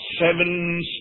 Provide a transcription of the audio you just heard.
Seven